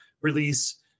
release